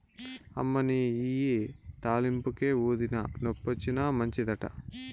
అమ్మనీ ఇయ్యి తాలింపుకే, ఊదినా, నొప్పొచ్చినా మంచిదట